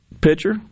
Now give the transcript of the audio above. pitcher